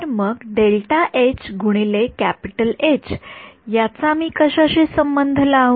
तर मग याचा मी कशाशी संबंध लावू